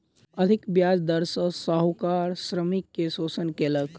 अधिक ब्याज दर सॅ साहूकार श्रमिक के शोषण कयलक